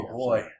boy